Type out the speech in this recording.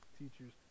teachers